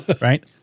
right